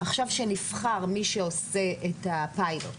עכשיו כשנבחר את מי שעושה את הפיילוט